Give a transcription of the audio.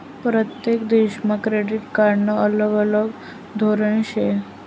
परतेक देशमा क्रेडिट कार्डनं अलग अलग धोरन शे